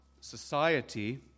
society